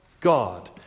God